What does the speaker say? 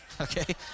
Okay